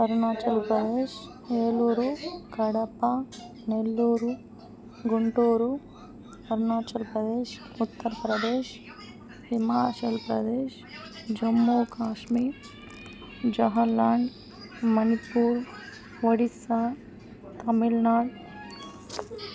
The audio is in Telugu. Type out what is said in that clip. అరుణాచల్ప్రదేశ్ ఏలూరు కడప నెల్లూరు గుంటూరు అరుణాచల్ప్రదేశ్ ఉత్తర్ప్రదేశ్ హిమాచల్ప్రదేశ్ జమ్మూకాశ్మీర్ జోహర్లాల్ మణిపూర్ ఒడిస్సా తమిళనాడు